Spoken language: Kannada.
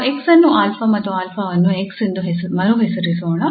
ನಾವು 𝑥 ಅನ್ನು 𝛼 ಮತ್ತು 𝛼 ಅನ್ನು 𝑥 ಎಂದು ಮರುಹೆಸರಿಸೋಣ